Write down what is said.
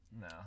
No